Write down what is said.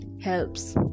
helps